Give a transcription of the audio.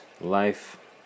life